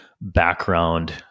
background